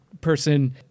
person